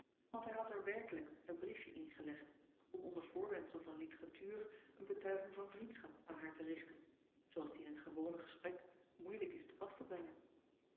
want hij had er werkelijk een briefje in gelegd om onder voorwendsel van literatuur eene betuiging van vriendschap aan haar te richten zooals die in het gewone gesprek moeilijk is te pas te brengen